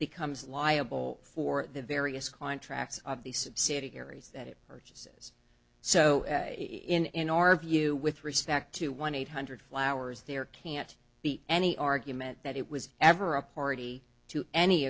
becomes liable for the various contracts of the subsidiaries that it urges so in our view with respect to one eight hundred flowers there can't be any argument that it was ever a party to any